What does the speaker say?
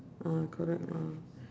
uh correct lah